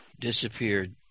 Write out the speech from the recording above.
disappeared